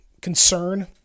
concern